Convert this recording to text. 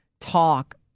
talk